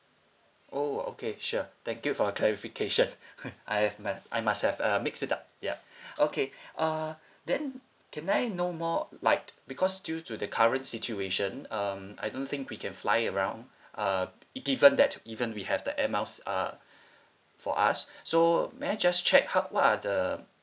oh okay sure thank you for your clarification I have m~ I must have uh mixed it up ya okay uh then can I know more like because due to the current situation um I don't think we can fly around uh it given that even we have the air miles uh for us so may I just check h~ what are the